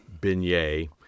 beignet